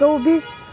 चौबिस